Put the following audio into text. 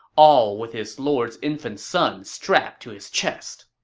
all with his lord's infant son strapped to his chest.